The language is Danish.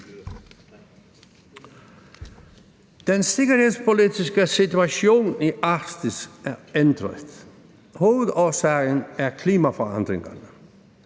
Den sikkerhedspolitiske situation i Arktis er ændret. Hovedårsagen er klimaforandringerne.